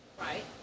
Right